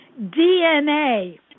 DNA